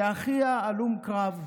שאחיה הלום קרב.